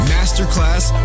Masterclass